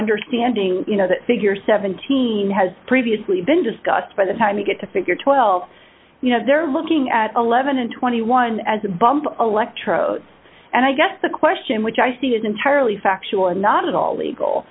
understanding you know that figure seventeen has previously been discussed by the time you get to figure twelve you know they're looking at eleven and twenty one as a bump electrodes and i guess the question which i think is entirely factual and not at all legal